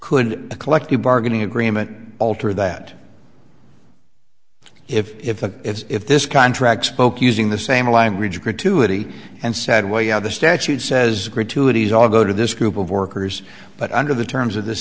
could the collective bargaining agreement alter that if if if if this contract spoke using the same language gratuity and sad way of the statute says gratuities all go to this group of workers but under the terms of th